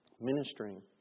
Ministering